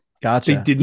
Gotcha